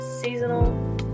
seasonal